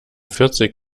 vierzig